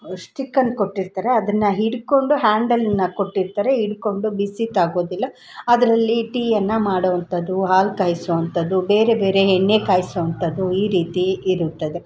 ಸ್ಟಿಕ್ಕನ್ನು ಕೊಟ್ಟಿರ್ತಾರೆ ಅದನ್ನು ಹಿಡ್ಕೊಂಡು ಹ್ಯಾಂಡಲನ್ನ ಕೊಟ್ಟಿರ್ತಾರೆ ಹಿಡ್ಕೊಂಡು ಬಿಸಿ ತಾಗೋದಿಲ್ಲ ಅದರಲ್ಲಿ ಟೀಯನ್ನು ಮಾಡೋವಂಥದು ಹಾಲು ಕಾಯ್ಸೋವಂಥದು ಬೇರೆ ಬೇರೆ ಎಣ್ಣೆ ಕಾಯ್ಸೋವಂಥದು ಈ ರೀತಿ ಇರುತ್ತದೆ